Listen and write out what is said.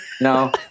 No